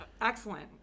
excellent